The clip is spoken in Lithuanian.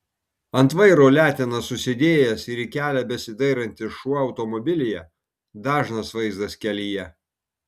ant vairo letenas susidėjęs ir į kelią besidairantis šuo automobilyje dažnas vaizdas kelyje